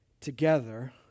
together